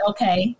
Okay